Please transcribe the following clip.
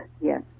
Yes